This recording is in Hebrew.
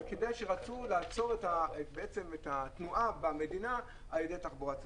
רצו לעצור את התנועה במדינה על ידי התחבורה הציבורית.